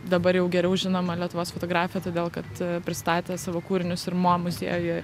dabar jau geriau žinomą lietuvos fotografę todėl kad pristatė savo kūrinius ir mo muziejuje